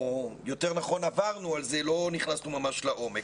שיותר נכון עברנו על זה, אבל לא נכנסנו ממש לעומק.